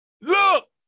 Look